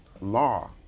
Law